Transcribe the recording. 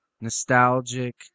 nostalgic